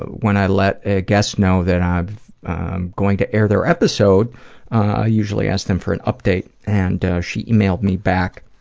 when i let a guest know that i'm going to air their episode, i usually ask them for an update. and she emailed me back,